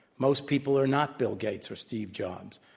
most people are not bill gates or steve jobs.